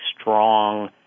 strong